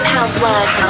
Housework